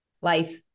life